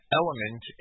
element